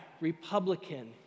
Republican